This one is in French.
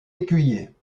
écuyer